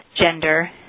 gender